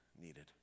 needed